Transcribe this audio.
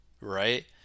right